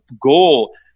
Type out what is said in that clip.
goal